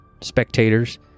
spectators